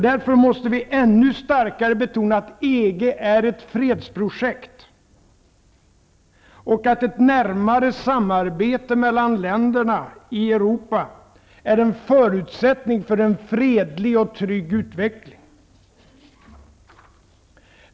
Därför måste vi ännu starkare betona att EG är ett fredsprojekt och att ett närmare samarbete mellan länderna i Europa är en förutsättning för en fredlig och trygg utveckling.